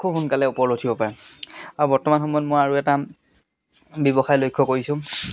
খুব সোনকালে ওপৰলৈ উঠিব পাৰে আৰু বৰ্তমান সময়ত মই আৰু এটা ব্যৱসায় লক্ষ্য কৰিছোঁ